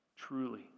Truly